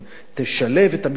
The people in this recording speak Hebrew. תשלב את המסתננים,